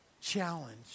challenge